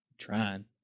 trying